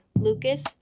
Lucas